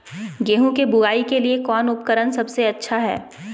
गेहूं के बुआई के लिए कौन उपकरण सबसे अच्छा है?